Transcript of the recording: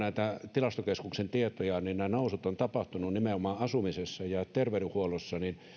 tilastokeskuksen tietoja niin nämä nousut ovat tapahtuneet nimenomaan asumisessa ja terveydenhuollossa ja